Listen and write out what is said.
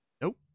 Nope